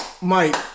Mike